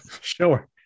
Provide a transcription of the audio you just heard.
sure